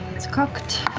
it's cocked.